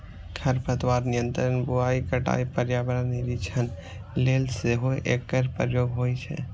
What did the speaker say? खरपतवार नियंत्रण, बुआइ, कटाइ, पर्यावरण निरीक्षण लेल सेहो एकर प्रयोग होइ छै